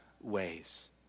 ways